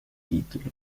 título